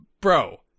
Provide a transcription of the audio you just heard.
bro